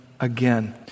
again